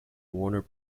warner